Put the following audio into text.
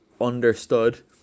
understood